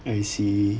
I see